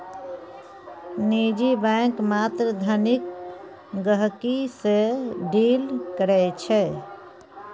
निजी बैंक मात्र धनिक गहिंकी सँ डील करै छै